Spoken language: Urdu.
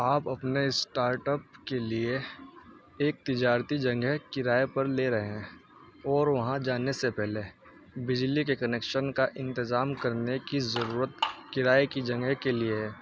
آپ اپنے اسٹارٹ اپ کے لیے ایک تجارتی جگہ کرائے پر لے رہے ہیں اور وہاں جانے سے پہلے بجلی کے کنیکشن کا انتظام کرنے کی ضرورت کرائے کی جگہ کے لیے